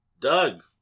Doug